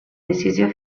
decisió